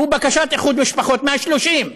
הוא בקשת איחוד משפחות, מה-30.